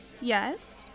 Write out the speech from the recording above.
yes